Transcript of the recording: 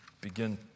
begin